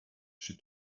she